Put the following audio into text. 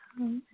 ꯎꯝ